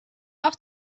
auch